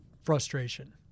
frustration